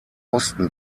osten